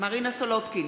מרינה סולודקין,